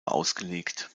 ausgelegt